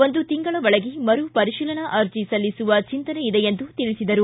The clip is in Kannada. ಒಂದು ತಿಂಗಳ ಒಳಗೆ ಮರು ಪರಿಶೀಲನಾ ಅರ್ಜಿ ಸಲ್ಲಿಸುವ ಚಿಂತನೆ ಇದೆ ಎಂದು ತಿಳಿಸಿದರು